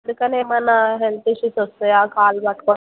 అందుకని ఏమన్న health issues వస్తాయా ఆ కాలు పట్టుకో